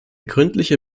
gründliche